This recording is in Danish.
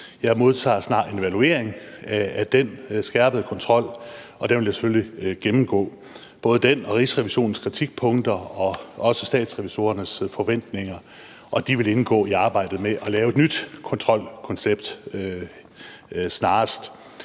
Jeg modtager snart en evaluering af den skærpede kontrol, og den vil jeg selvfølgelig gennemgå, ligesom jeg vil gennemgå Rigsrevisionens kritikpunkter og også Statsrevisorernes forventninger, og de vil indgå i arbejdet med at lave et nyt kontrolkoncept snarest.